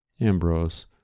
Ambrose